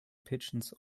pigeons